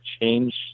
change